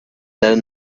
down